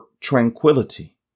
tranquility